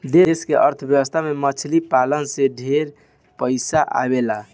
देश के अर्थ व्यवस्था में मछली पालन से ढेरे पइसा आवेला